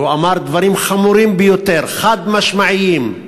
והוא אמר דברים חמורים ביותר, חד-משמעיים: